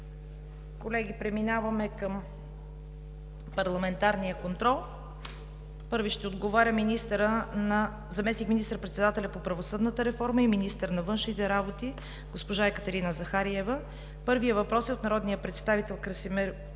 Колеги, преминаваме към парламентарния контрол. Първи ще отговаря заместник министър-председателя по правосъдната реформа и министър на външните работи госпожа Екатерина Захариева. Първият въпрос е от народния представител Кристиан